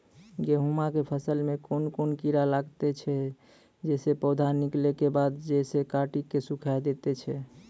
गेहूँमक फसल मे कून कीड़ा लागतै ऐछि जे पौधा निकलै केबाद जैर सऽ काटि कऽ सूखे दैति छै?